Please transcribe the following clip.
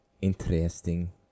Interesting